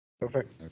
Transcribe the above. Perfect